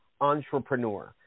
entrepreneur